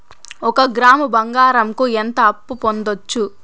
ఒక గ్రాము బంగారంకు ఎంత అప్పు పొందొచ్చు